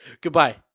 goodbye